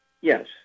Yes